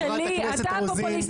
חברת הכנסת רוזין,